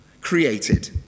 created